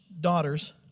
daughters